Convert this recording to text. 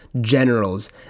generals